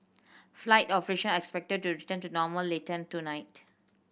flight operation as expected to return to normal later tonight